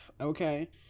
okay